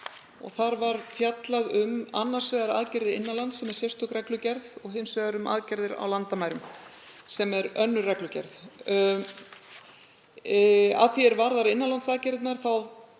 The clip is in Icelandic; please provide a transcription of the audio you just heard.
Þar var fjallað um annars vegar aðgerðir innan lands, sem er sérstök reglugerð, og hins vegar um aðgerðir á landamærum, sem er önnur reglugerð. Að því er varðar aðgerðir innan